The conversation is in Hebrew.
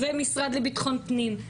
המשרד לביטחון הפנים,